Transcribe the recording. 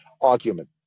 argument